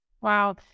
Wow